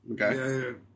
okay